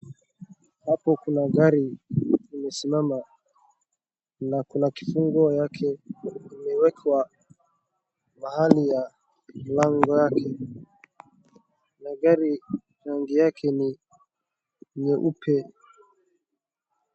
Hapo kuna gari imesimama na kuna kifunguo yake imewekwa mahali ya mlango yake, na gari rangi yake ni nyeupe.